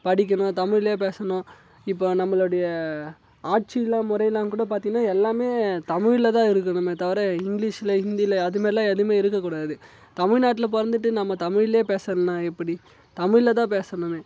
படிக்கணும் தமிழ்லே பேசணும் இப்போ நம்மளுடைய ஆட்சிலாம் முறையெலாம் கூட பாத்தீங்கன்னா எல்லாமே தமிழ்லதான் இருக்கணுமே தவிர இங்கிலீஷ்ல ஹிந்தியில அதுமாதிரிலாம் எதுவுமே இருக்கக்கூடாது தமிழ்நாட்டில பிறந்துட்டு நம்ம தமிழ்லே பேசலைன்னா எப்படி தமிழ்லதான் பேசணுமே